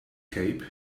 cape